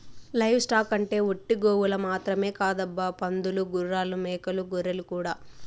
live stock అంటే ఒట్టి గోవులు మాత్రమే కాదబ్బా పందులు గుర్రాలు మేకలు గొర్రెలు కూడా